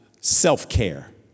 self-care